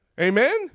Amen